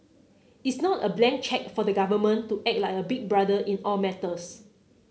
it's not a blank cheque for the government to act like a big brother in all matters